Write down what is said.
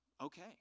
okay